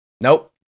Nope